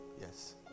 Yes